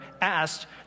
asked